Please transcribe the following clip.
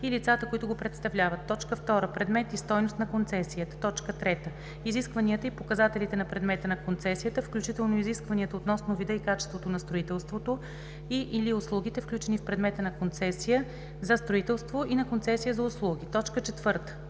и лицата, които го представляват; 2. предмет и стойност на концесията; 3. изискванията и показателите на предмета на концесията, включително изискванията относно вида и качеството на строителството и/или услугите, включени в предмета на концесия за строителство и на концесия за услуги; 4.